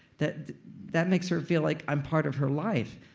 that that makes her feel like i'm part of her life.